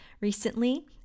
recently